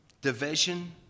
division